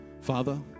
Father